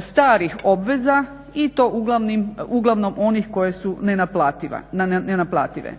starih obveza i to uglavnom onih koja su nenaplative.